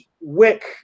wick